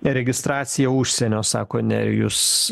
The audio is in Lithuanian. registracija užsienio sako nerijus